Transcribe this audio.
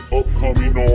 upcoming